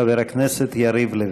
חבר הכנסת יריב לוין.